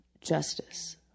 justice